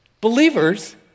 Believers